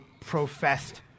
professed